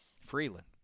Freeland